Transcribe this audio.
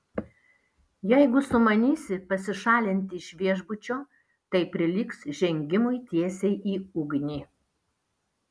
jeigu sumanysi pasišalinti iš viešbučio tai prilygs žengimui tiesiai į ugnį